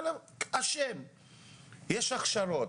יש הכשרות.